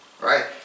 right